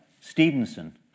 Stevenson